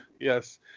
Yes